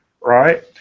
right